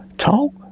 Talk